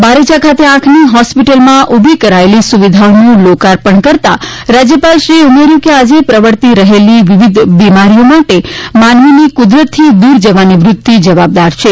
બારેજા ખાતે આંખની હોસ્પિટલમાં ઉભી કરાયેલી સુવિધાઓનું લોકાર્પણ કરતા રાજયપાલશ્રીએ ઉમેર્યુ કે આજે પ્રવર્તી રહેલી વિવિધ બિમારીઓ માટે માનવીની કુદરત થી દુર જવાની વૃતિ જવાબદાર છે